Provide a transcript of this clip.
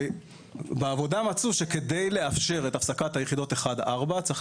ובעבודה מצאו שכדי לאפשר את הספקת היחידות 4-1 צריך